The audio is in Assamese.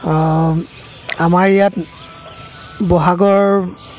আমাৰ ইয়াত ব'হাগৰ